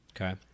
Okay